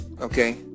okay